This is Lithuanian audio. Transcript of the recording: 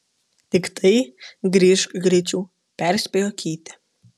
tiktai grįžk greičiau perspėjo keitė